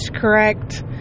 correct